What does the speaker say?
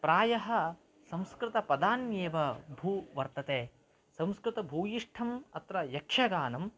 प्रायः संस्कृतपदान्येव बहु वर्तते संस्कृतभूयिष्ठम् अत्र यक्षगानम्